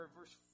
verse